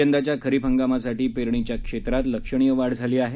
यंदाच्या खरीप हंगामासाठी पेरणीच्या क्षेत्रात लक्षणीय वाढ झाली आहे